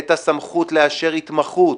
את הסמכות לאשר התמחות